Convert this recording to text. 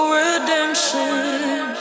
redemption